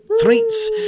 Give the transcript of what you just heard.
treats